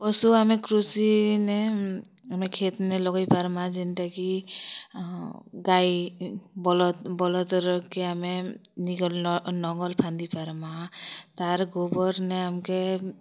ପଶୁ ଆମେ କୃଷି ନେ ଆମେ ଖେତ୍ ଲଗେଇ ପାରମା ଯେନ୍ଟା କି ହଁ ଗାଈ ବଲଦ୍ ବଲଦ୍ ରକି ଆମେ ନିକ ନ୍ ନଙ୍ଗଲ ଫାନ୍ଦି ପାରମା ତାର ଗୋବର୍ ନେ ଆମ୍କେ